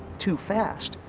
too fast.